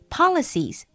policies